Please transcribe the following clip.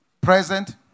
present